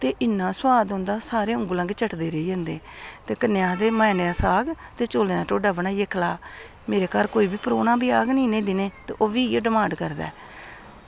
ते इन्ना सोआद आंदा कि सारे उंगलां गै चटदे रेही जंदे ते कन्नै आक्खदे मैने दा साग ते चौलें दा ढोड्डा बनाइयै सखा मेरे घर कोई परौह्ना बी आह्ग ना इनें दिनें ते ओह्बी इयै डिमांड करदा ऐ